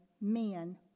men